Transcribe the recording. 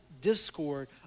discord